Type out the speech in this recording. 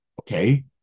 okay